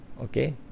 okay